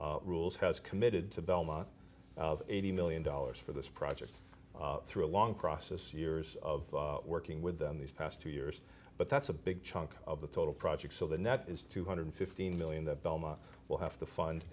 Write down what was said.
rules has committed to belmont of eighty million dollars for this project through a long process years of working with them these past two years but that's a big chunk of the total project so the net is two hundred and fifteen million dollars that belmont will have to fund